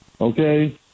okay